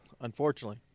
unfortunately